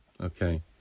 Okay